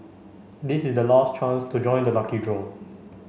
this is the last chance to join the lucky draw